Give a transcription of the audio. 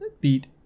beat